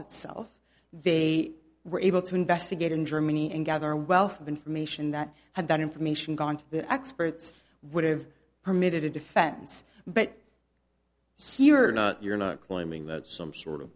itself they were able to investigate in germany and gather a wealth of information that had that information gone to the experts would have permitted a defense but here not you're not claiming that some sort of